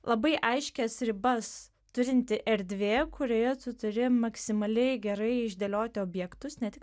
labai aiškias ribas turinti erdvė kurioje tu turi maksimaliai gerai išdėlioti objektus ne tik